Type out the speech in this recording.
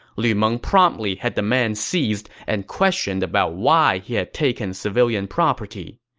lu meng promptly had the man seized and questioned about why he had taken civilian property.